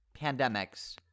pandemics